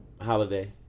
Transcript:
Holiday